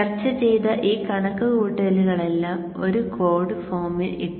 ചർച്ച ചെയ്ത ഈ കണക്കുകൂട്ടലുകളെല്ലാം ഒരു കോഡ് ഫോമിൽ ഇട്ടു